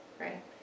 right